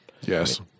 Yes